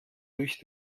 durch